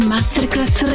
Masterclass